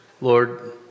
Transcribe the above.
Lord